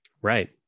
Right